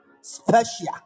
special